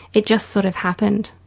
it just sort of happened,